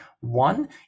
one